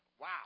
Wow